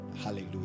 Hallelujah